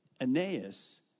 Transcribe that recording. ...Aeneas